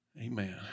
Amen